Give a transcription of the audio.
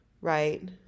Right